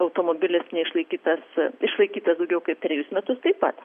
automobilis neišlaikytas išlaikytas daugiau kaip trejus metus taip pat